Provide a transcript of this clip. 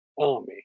army